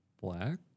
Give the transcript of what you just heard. black